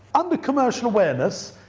under commercial awareness,